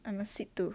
I'm a sweet tooth